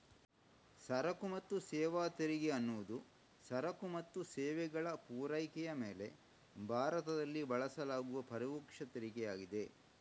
ಸರಕು ಮತ್ತು ಸೇವಾ ತೆರಿಗೆ ಅನ್ನುದು ಸರಕು ಮತ್ತು ಸೇವೆಗಳ ಪೂರೈಕೆಯ ಮೇಲೆ ಭಾರತದಲ್ಲಿ ಬಳಸಲಾಗುವ ಪರೋಕ್ಷ ತೆರಿಗೆ ಆಗಿದೆ